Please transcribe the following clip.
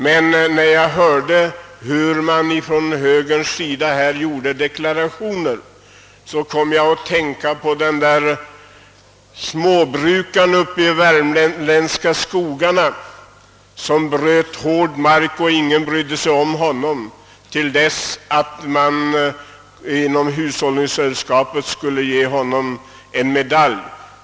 Men när jag hört högerns deklarationer har jag kommit att tänka på småbrukaren som bröt hård mark uppe i de värmländska skogarna. Ingen brydde sig om honom förrän hushållningssällskapet skulle ge honom en medalj.